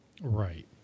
right